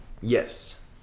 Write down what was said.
Yes